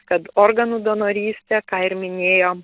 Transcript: kad organų donorystė ką ir minėjo